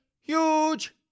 huge